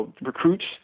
recruits